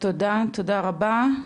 תודה, תודה רבה.